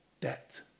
debt